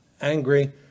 angry